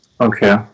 Okay